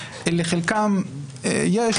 לחלקם יש,